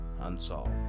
Unsolved